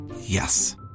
Yes